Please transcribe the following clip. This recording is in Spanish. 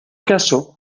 caso